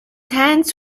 hands